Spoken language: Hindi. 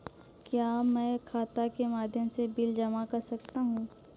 क्या मैं खाता के माध्यम से बिल जमा कर सकता हूँ?